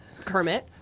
Kermit